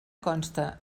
consta